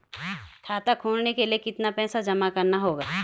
खाता खोलने के लिये कितना पैसा जमा करना होगा?